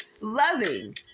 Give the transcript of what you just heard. loving